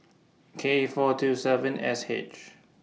K four two seven S H